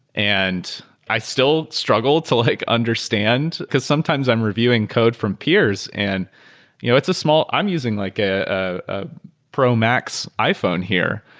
and i still struggle to like understand, because sometimes i'm reviewing code from peers and you know it's a small i'm using like ah a promax iphone here.